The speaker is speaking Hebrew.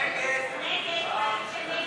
ההסתייגות (39)